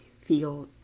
feel